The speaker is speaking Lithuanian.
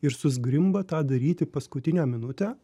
ir suszgrimba tą daryti paskutinę minutę